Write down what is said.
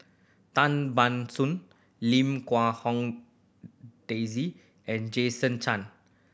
Tan Ban Soon Lim Quee Hong Daisy and Jason Chan